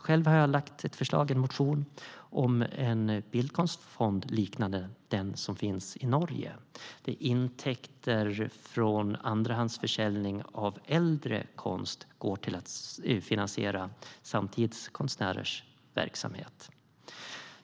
Själv har jag väckt en motion om en bildkonstfond liknande den som finns i Norge där intäkter från andrahandsförsäljning av äldre konst går till att finansiera samtidskonstnärers verksamhet.